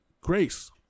Grace